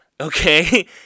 okay